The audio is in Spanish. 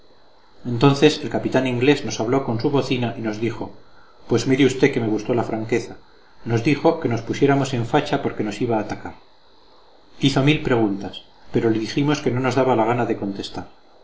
entonces el capitán inglés nos habló con su bocina y nos dijo pues mire usted que me gustó la franqueza nos dijo que nos pusiéramos en facha porque nos iba a atacar hizo mil preguntas pero le dijimos que no nos daba la gana de contestar